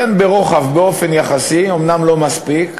כן, ברוחב, באופן יחסי אומנם לא מספיק,